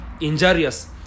injurious